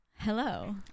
Hello